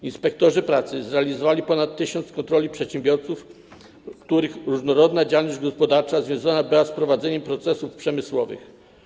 Inspektorzy pracy zrealizowali ponad 1 tys. kontroli przedsiębiorców, których różnorodna działalność gospodarcza związana była z prowadzeniem procesów przemysłowych.